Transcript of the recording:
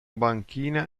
banchina